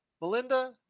Melinda